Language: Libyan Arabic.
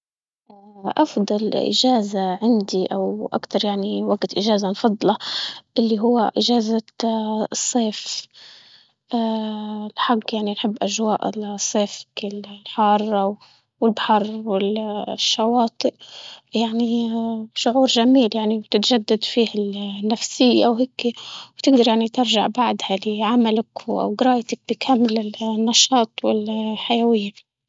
اه أفضل إجازة عندي أو أكتر يعني وقت إجازة نفضله اللي هو إجازة اه الصيف، اه الحق يعني بحب أجواء الصيف الحارة والبحر والشواطئ، يعني اه شعور جميل يعني وتتجدد فيه نفسية وهيك وتقدر يعني ترجع بعدها لعملك وقرايتك بكامل النشاط والحيوية.